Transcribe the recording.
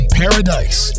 paradise